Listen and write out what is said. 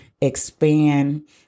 expand